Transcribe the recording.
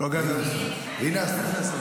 הינה השר.